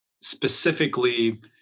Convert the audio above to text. specifically